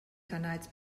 kanals